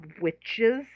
witches